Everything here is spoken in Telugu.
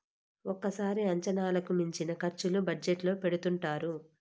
ఒక్కోసారి అంచనాలకు మించిన ఖర్చులు బడ్జెట్ లో పెడుతుంటారు